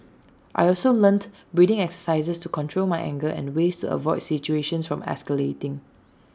I also learnt breathing exercises to control my anger and ways to avoid situations from escalating